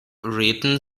written